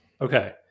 Okay